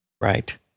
Right